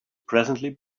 presently